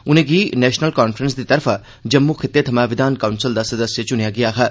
उनेंगी National Conference दी तरफा जम्मू खित्ते थमां विधान काउंसल दा सदस्य चुनेआ गेआ हा